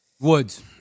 Woods